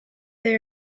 they